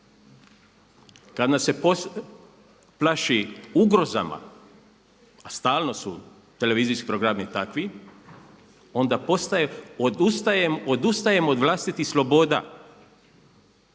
kada nas se plaši ugrozama a stalno su televizijski programi takvi onda odustajem od vlastitih sloboda.